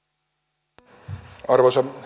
arvoisa puhemies